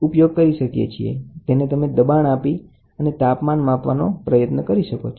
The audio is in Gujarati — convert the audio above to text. તો તેને તમે દબાણ આપી અને તાપમાન માપવાનો પ્રયત્ન કરી શકો છો